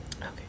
Okay